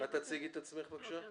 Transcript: זה סעיף